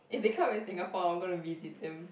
if they come in Singapore I'm gonna visit them